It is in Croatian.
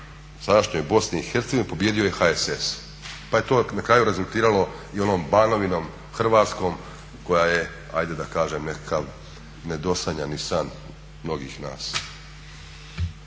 sadašnjoj Bosni i Hercegovini pobijedio je HSS pa je to na kraju rezultiralo i onom Banovinom Hrvatskom koja je ajde da kažem nekakav nedosanjani san mnogih nas.